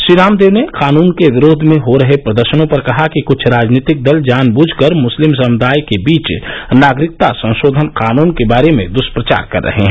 श्री रामदेव ने कानून के विरोध में हो रहे प्रदर्शनों पर कहा कि कुछ राजनीतिक दल जान बूझकर मुस्लिम समुदाय के बीच नागरिकता संशोधन कानून के बारे में दुष्प्रचार कर रहे हैं